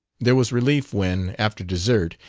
there was relief when, after dessert,